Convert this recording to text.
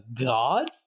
god